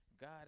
God